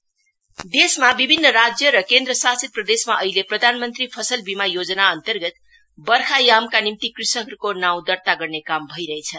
PMFBY देशमा विभिन्न राज्य र केन्द्र शासित प्रदेशमा अहिले प्रधानमन्त्री फसल बीमा योजना अन्तर्गत वर्खा यामका निम्ति कृषकहरूको दर्ता गर्ने काम भइरहेछ